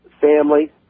family